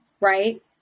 right